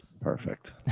Perfect